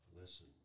Listen